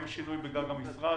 אין שינוי בגג המשרד,